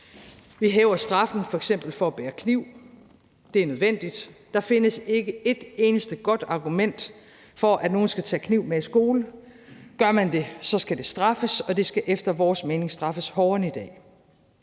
Vi hæver straffen for f.eks. at bære kniv. Det er nødvendigt. Der findes ikke et eneste godt argument for, at nogen skal tage kniv med i skole. Gør man det, skal det straffes, og det skal efter vores mening straffes hårdere end i dag.